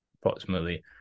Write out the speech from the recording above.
approximately